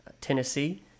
Tennessee